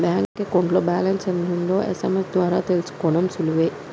bank అకౌంట్లో balance ఎంత ఉందో ఎస్.ఎం.ఎస్ ద్వారా తెలుసుకోడం సులువే